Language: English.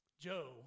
Joe